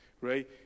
Right